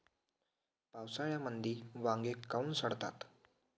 पावसाळ्यामंदी वांगे काऊन सडतात?